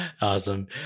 Awesome